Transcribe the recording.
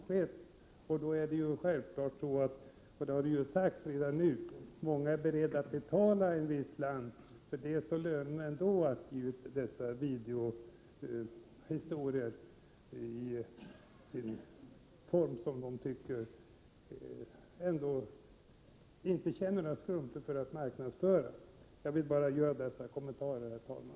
Som redan sagts här, är många beredda att betala en slant, för det är ändå så lönande att ge ut videofilmer av ett slag som de inte känner några skrupler för att marknadsföra. Jag ville bara göra dessa kommentarer, herr talman.